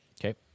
Okay